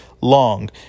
long